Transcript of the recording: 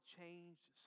changed